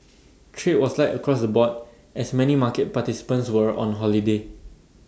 trade was light across the board as many market participants were on holiday